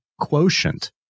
Quotient